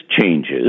changes